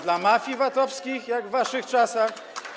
Dla mafii VAT-owskich, jak w waszych czasach?